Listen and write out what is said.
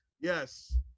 Yes